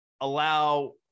allow